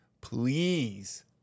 please